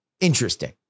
interesting